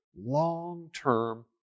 long-term